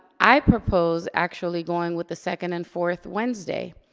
i propose actually, going with the second and fourth wednesday,